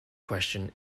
question